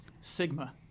Sigma